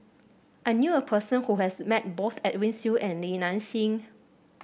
I knew a person who has met both Edwin Siew and Li Nanxing